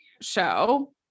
show